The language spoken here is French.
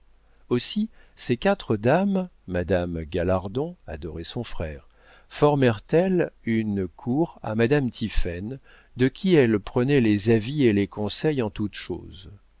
aussi ces quatre dames madame galardon adorait son frère formèrent elles une cour à madame tiphaine de qui elles prenaient les avis et les conseils en toute chose